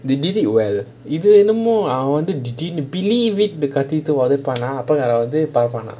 he did it well இது என்னமோ திடீருனு:ithu ennamo thideerunu believe it காட்டிட்டு ஒதைப்பேனா அப்புறம் அது அந்த:kaatittu othaipaenaa appuram athu antha